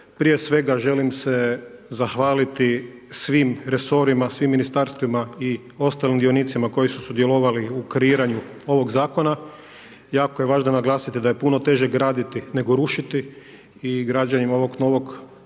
prije svega želim se zahvaliti svim resorima, svim Ministarstvima i ostalim dionicima koji su sudjelovali u kreiranju ovog Zakona. Jako je važno naglasiti da je puno teže graditi, nego rušiti i građenjem ovog novog sustava,